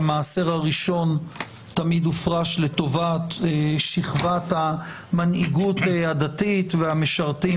המעשר הראשון תמיד הופרש לטובת שכבת המנהיגות הדתית והמשרתים